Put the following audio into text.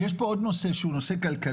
יש פה עוד נושא שהוא נושא כלכלי,